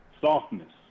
softness